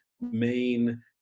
main